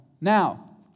Now